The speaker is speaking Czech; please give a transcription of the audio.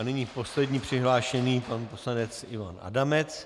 A nyní poslední přihlášený pan poslanec Ivan Adamec.